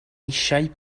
eisiau